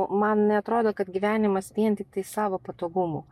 man neatrodo kad gyvenimas vien tiktai savo patogumu